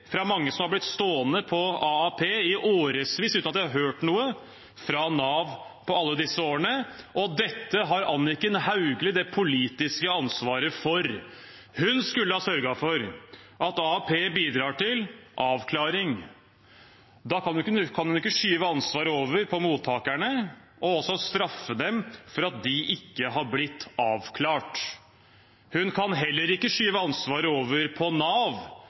fra mange som er blitt stående på AAP i årevis, uten at de har hørt noe fra Nav på alle disse årene, og dette har Anniken Hauglie det politiske ansvaret for. Hun skulle ha sørget for at AAP bidrar til avklaring, og da kan hun ikke skyve ansvaret over på mottakerne og også straffe dem for at de ikke har blitt avklart. Hun kan heller ikke skyve ansvaret over på Nav, for det er jo Anniken Hauglie som har kuttet i bevilgningene til Nav,